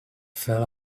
fell